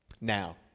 Now